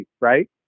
right